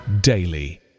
daily